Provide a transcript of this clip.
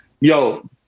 yo